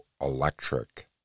electric